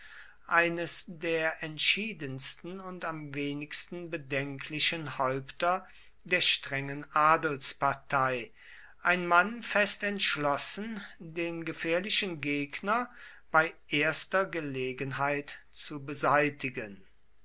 eines der entschiedensten und am wenigsten bedenklichen häupter der strengen adelspartei ein mann fest entschlossen den gefährlichen gegner bei erster gelegenheit zu beseitigen